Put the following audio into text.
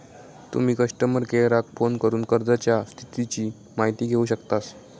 तुम्ही कस्टमर केयराक फोन करून कर्जाच्या स्थितीची माहिती घेउ शकतास